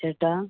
ചേട്ടാ